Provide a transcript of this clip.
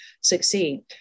succeed